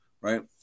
right